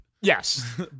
Yes